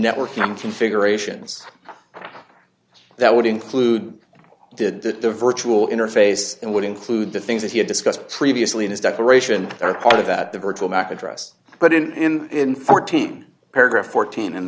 networking configurations that would include did that the virtual interface and would include the things that he had discussed previously in his decoration or part of that the virtual mac address but in in fourteen paragraph fourteen